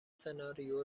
سناریو